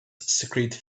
secrete